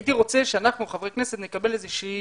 הייתי רוצה שאנחנו, חברי הכנסת, נקבל איזה שהיא